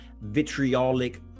vitriolic